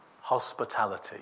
Hospitality